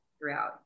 throughout